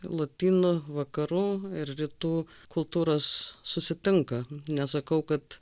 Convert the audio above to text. lotynų vakarų ir rytų kultūros susitinka nesakau kad